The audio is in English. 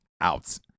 out